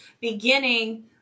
beginning